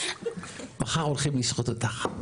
מחר הולכים לשחוט אותך,